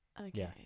Okay